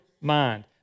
mind